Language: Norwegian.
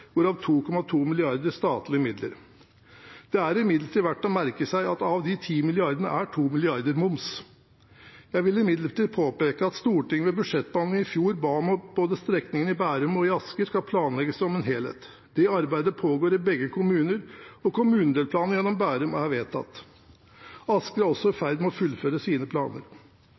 hvorav 2,2 mrd. kr er statlige midler. Det er imidlertid verdt å merke seg at av de 10 mrd. kr er 2 mrd. kr moms. Jeg vil imidlertid påpeke at Stortinget ved budsjettbehandlingen i fjor ba om at strekningene både i Bærum og i Asker skal planlegges som en helhet. Det arbeidet pågår i begge kommuner, og kommunedelplanen gjennom Bærum er vedtatt. Asker er også i ferd med å fullføre sine planer.